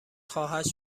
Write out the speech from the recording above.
خواهد